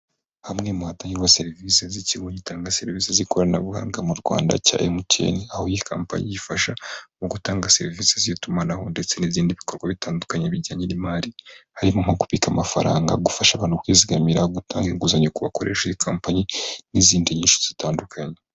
Hamwe mu hatangirwa serivisi z'ikigo gitanga serivisi z'ikoranabuhanga mu Rwanda cya MTN, aho iyi kampani ifasha mu gutanga serivisi z'itumanaho ndetse n'ibindi bikorwa bitandukanye bijyanye n'imari, harimo nko kubitsa amafaranga, gufasha abantu kwizigamira, gutanga inguzanyo ku bakoresha iyi kampani n'izindi nyinshi zitandukanye.